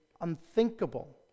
unthinkable